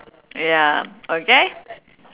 ya okay